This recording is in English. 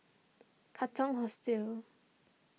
Katong Hostel